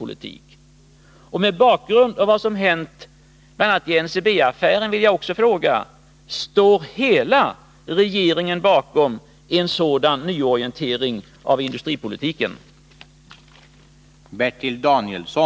Mot bakgrund av vad som hänt i bl.a. NCB-affären vill jag också fråga: Står hela regeringen bakom en sådan nyorientering av industripolitiken?